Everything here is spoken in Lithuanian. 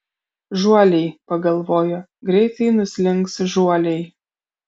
žuoliai pagalvojo greitai nuslinks žuoliai